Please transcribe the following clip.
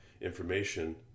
information